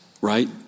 right